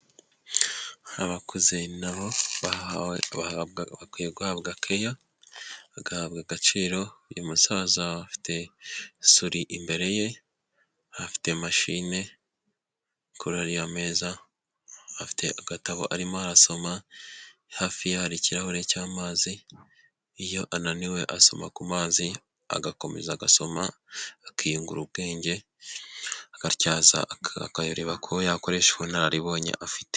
Abakuze nabo bakwiye guhabwa keya bagahabwa agaciro uyu musaza afite suri imbere ye afite machine kuri ariye meza afite agatabo arimo arasoma, hafi ye hari ikirahure cy'amazi iyo ananiwe asoma ku mazi agakomeza agasoma akiyungura ubwenge agatyaza akareba ko yakoresha ubunararibonye afite.